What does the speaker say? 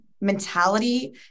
mentality